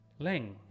Leng